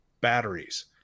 batteries